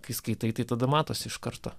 kai skaitai tai tada matosi iš karto